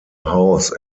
haus